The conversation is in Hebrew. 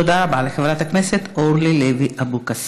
תודה רבה לחברת הכנסת אורלי לוי אבקסיס.